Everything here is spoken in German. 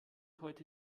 heute